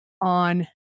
on